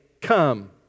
come